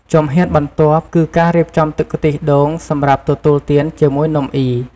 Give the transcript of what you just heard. ជំហានបន្ទាប់គឺការរៀបចំទឹកខ្ទិះដូងសម្រាប់ទទួលទានជាមួយនំអុី។